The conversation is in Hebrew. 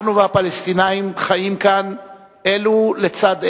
אנחנו והפלסטינים חיים כאן אלו לצד אלו,